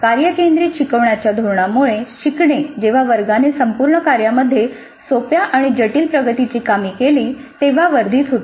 कार्य केंद्रीत शिकवण्याच्या धोरणापासून शिकणे जेव्हा वर्गाने संपूर्ण कार्यामध्ये सोप्या आणि जटिल प्रगतीची कामे केली तेव्हा वर्धित होते